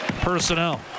personnel